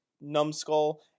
numbskull